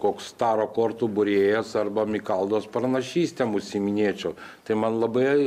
koks taro kortų būrėjas arba mikaldos pranašystėm užsiiminėčiau tai man labai